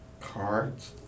Cards